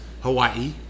Hawaii